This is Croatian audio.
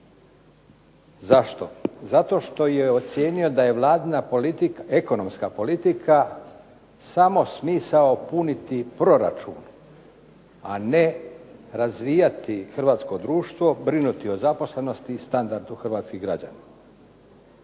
Zašto? Zato što je ocijenio da je Vladina ekonomska politika samo smisao puniti proračun, a ne razvijati hrvatsko društvo, brinuti o zaposlenosti i standardu hrvatskih građana.